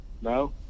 No